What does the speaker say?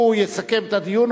יסכם את הדיון,